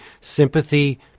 sympathy